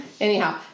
Anyhow